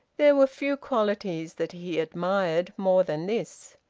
there were few qualities that he admired more than this.